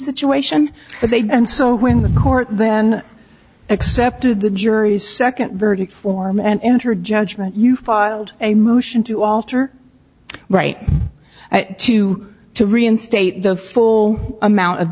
situation but they did and so when the court then accepted the jury's second verdict form and entered judgment you filed a motion to alter right to to reinstate the full amount of